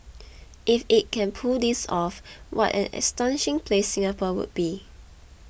if it can pull this off what an astonishing place Singapore would be